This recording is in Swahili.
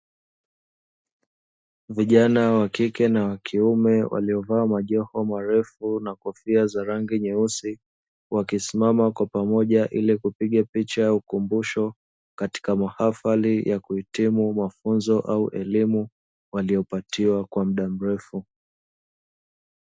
Vijana wa kike na wa kiume, waliovaa majoho marefu na kofia za rangi nyeusi wakisimama kwa pamoja, ili kupiga picha ya ukumbusho katika mahafali ya kuhitimu mafunzo au elimu waliopatiwa kwa muda mrefu.